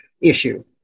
issue